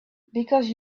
because